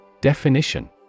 Definition